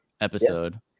episode